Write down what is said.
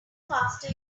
faster